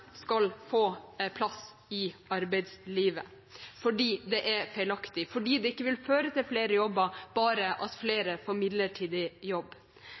skal få plass i arbeidslivet – fordi det er feilaktig, fordi det ikke vil føre til flere jobber, bare at flere får midlertidig jobb.